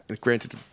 granted